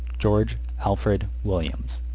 george alfred williams.